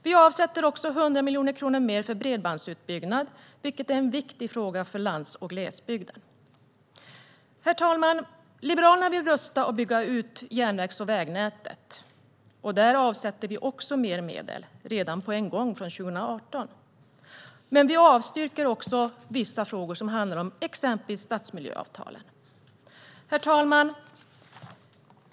Vi avsätter också 100 miljoner kronor mer för bredbandsutbyggnad, vilket är en viktig fråga för lands och glesbygd. Herr talman! Liberalerna vill rusta och bygga ut järnvägs och vägnätet. Där avsätter vi också mer medel redan från 2018. Men vi avstyrker vissa frågor som handlar om exempelvis stadsmiljöavtalen. Herr talman!